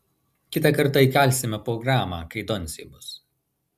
kitą kartą įkalsime po gramą kai doncė bus